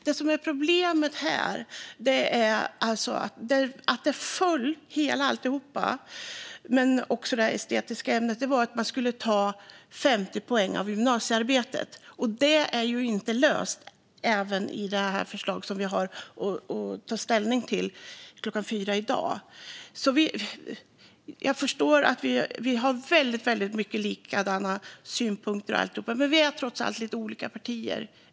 Det problemet som gjorde att alltihop föll, även det som avsåg det estetiska ämnet, var att man skulle ta 50 poäng av gymnasiearbetet. Detta är inte löst, inte heller i det förslag som vi har att ta ställning till klockan 16 i dag. Jag förstår att vi har väldigt många liknande synpunkter, men vi är trots allt lite olika partier.